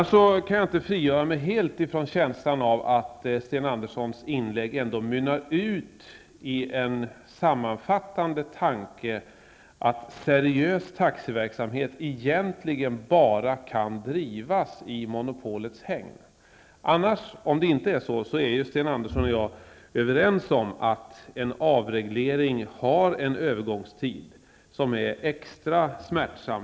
Men jag kan inte frigöra mig helt från känslan av att Sten Anderssons inlägg ändå mynnar ut i en sammanfattande tanke att seriös taxiverksamhet egentligen bara kan bedrivas i monopolets hägn. Om det inte är så, är Sten Andersson och jag överens om att en avreglering har en övergångstid som i det här fallet är extra smärtsam.